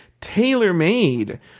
tailor-made